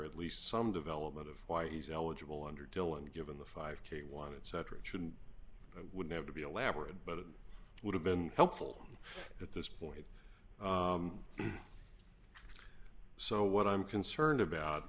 at least some development of why he's eligible under dylan given the five k wanted cetera should and would have to be elaborated but it would have been helpful at this point so what i'm concerned about